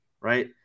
Right